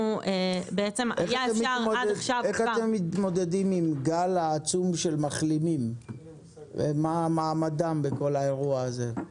איך אתם מתמודדים עם הגל העצום של מחלימים ומה מעמדם בכל האירוע הזה?